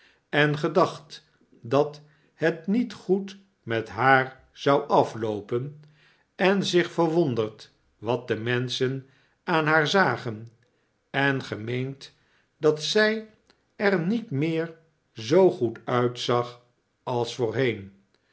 en gedacht dat het niet goed met haar zou afloopen en zich verwonderd wat de menschen aan haar zagen en gemeend dat zij er niet meer zoo goed uitzag als voorheen